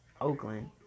Oakland